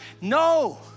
no